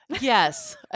Yes